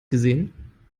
gesehen